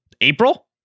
April